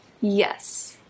yes